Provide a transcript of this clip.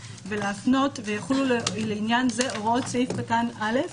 ולהפנות: ויחולו לעניין זה הוראות סעיף קטן (א)?